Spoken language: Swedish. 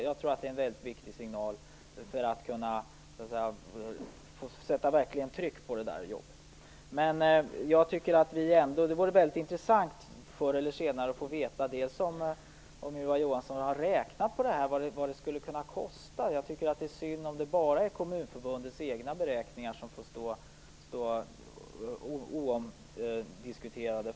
Jag tror att det är en viktig signal för att verkligen sätta tryck på det jobbet. Det vore intressant att förr eller senare få veta om Ylva Johansson har räknat på vad det här skulle kunna kosta. Jag tycker att det är synd om Kommunförbundets beräkningar får stå oomdiskuterade.